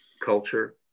culture